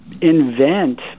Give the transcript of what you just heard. invent